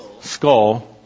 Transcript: skull